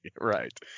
Right